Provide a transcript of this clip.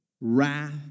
wrath